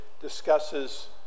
discusses